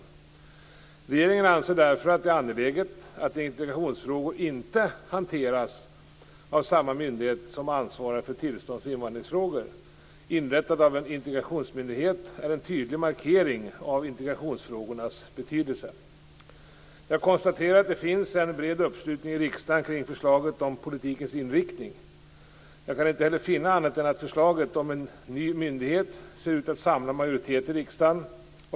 Regeringen anser därför att det är angeläget att integrationsfrågor inte hanteras av samma myndighet som ansvarar för tillstånds och invandringsfrågor. Inrättandet av en integrationsmyndighet är en tydlig markering av integrationsfrågornas betydelse. Jag konstaterar att det finns en bred uppslutning i riksdagen kring förslaget om politikens inriktning. Jag kan inte heller finna annat än att förslaget om en ny myndighet ser ut att samla en majoritet i riksdagen.